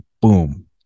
boom